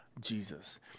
Jesus